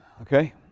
okay